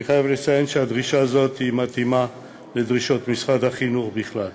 אני חייב לציין שהדרישה הזאת מתאימה לדרישות משרד החינוך בכלל.